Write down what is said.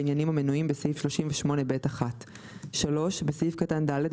בעניינים המנויים בסעיף 38(ב1)."; (3)בסעיף קטן (ד),